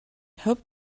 hoped